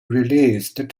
released